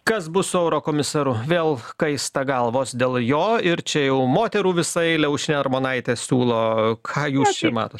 kas bus su eurokomisaru vėl kaista galvos dėl jo ir čia jau moterų visa eilė aušrinė armonaitė siūlo ką jūs matot